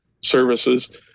services